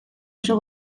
oso